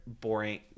boring